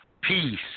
Peace